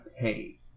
pay